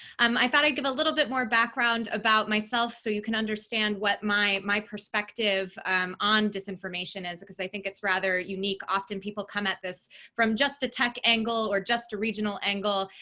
um i thought i'd give a little bit more background about myself so you can understand understand what my my perspective on disinformation is, because i think it's rather unique. often people come at this from just a tech angle or just a regional angle,